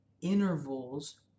intervals